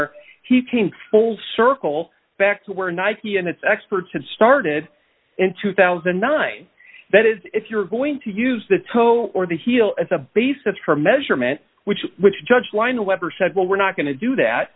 or he came full circle back to where nike and its experts had started in two thousand and nine that is if you're going to use the toe or the heel as a basis for measurement which is which judge wind whether said well we're not going to do that